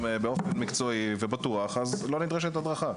באופן מקצועי ובטוח אז לא נדרשת הדרכה.